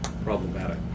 problematic